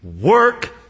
work